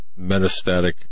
metastatic